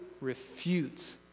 refutes